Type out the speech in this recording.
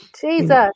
Jesus